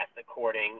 according